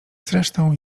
zresztą